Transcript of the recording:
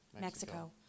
Mexico